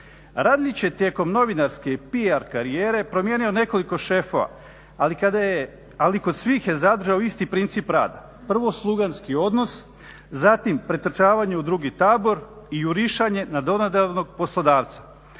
Radeljić je tijekom novinarske i PR karijere promijenio nekoliko šefova, ali kod svih je zadržao isti princip rada. Prvo slugarski odnos, zatim pretrčavanje u drugi tabor i jurišanje na donedavnog poslodavca.